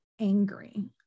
angry